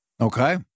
Okay